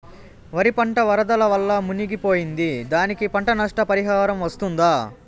వరి పంట వరదల వల్ల మునిగి పోయింది, దానికి పంట నష్ట పరిహారం వస్తుందా?